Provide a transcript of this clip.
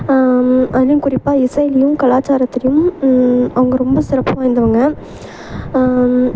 அதுலையும் குறிப்பாக இசையிலையும் கலாச்சாரத்துலையும் அவங்க ரொம்ப சிறப்பு வாய்ந்தவங்க